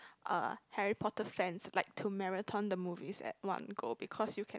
uh Harry-Potter fans like to marathon the movies at one go because you can